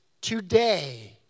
today